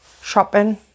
shopping